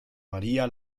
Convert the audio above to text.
maría